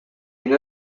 une